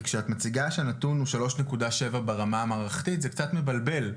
כי כשאת מציגה שהנתון הוא שלוש נקודה שבע ברמה המערכתית זה קצת מבלבל.